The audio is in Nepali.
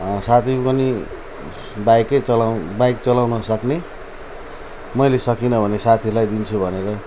साथी पनि बाइकै चलाउ बाइक चलाउनु सक्ने मैले सकिनँ भने साथीलाई दिन्छु भनेर